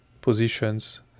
positions